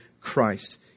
Christ